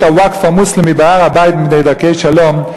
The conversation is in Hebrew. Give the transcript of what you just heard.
הווקף המוסלמי בהר-הבית מפני דרכי שלום,